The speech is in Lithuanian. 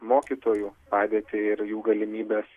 mokytojų padėtį ir jų galimybes